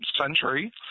century